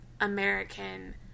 American